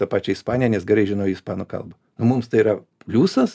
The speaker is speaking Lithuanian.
tą pačią ispaniją nes gerai žino ispanų kalbą mums tai yra pliusas